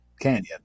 Canyon